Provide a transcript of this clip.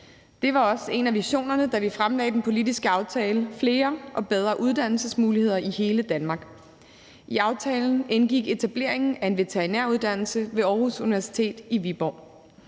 Det var også en af visionerne, da vi fremlagde den politiske aftale: flere og bedre uddannelsesmuligheder i hele Danmark. I aftalen indgik etableringen af en veterinæruddannelse ved Aarhus Universitet i Viborg.